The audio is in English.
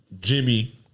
Jimmy